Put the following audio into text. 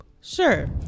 Sure